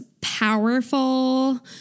powerful